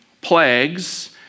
plagues